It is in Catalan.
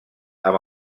amb